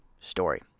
story